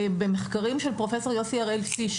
במחקרים של פרופ' יוסי הראל-פיש,